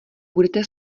budete